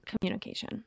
Communication